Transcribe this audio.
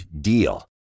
DEAL